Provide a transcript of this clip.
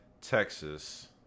Texas